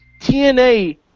TNA